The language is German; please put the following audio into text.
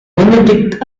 benedikt